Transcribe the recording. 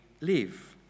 live